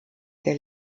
der